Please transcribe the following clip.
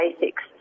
basics